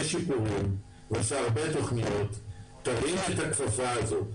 שיפורים והרבה תוכניות: תרים את הכפפה הזאת.